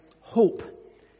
hope